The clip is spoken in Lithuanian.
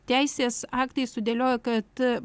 teisės aktai sudėlioja kad